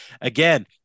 again